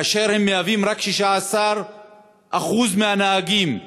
והם מהווים רק 16% מהנהגים בישראל.